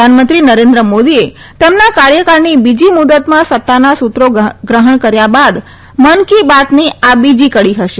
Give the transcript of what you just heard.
પ્રધાનમંત્રી નરેન્દ્ર મોદીએ તેમના કાર્યકાળની બીજી મુદ્દતમાં સત્તાના સૂત્રો ગ્રહણ કર્યા બાદ મન કી બાતની આ બીજી કડી હશે